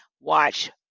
watch